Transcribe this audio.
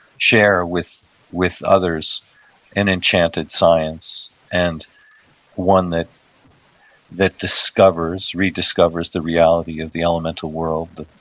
share with with others an enchanted science and one that that discovers, rediscovers the reality of the elemental world,